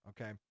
okay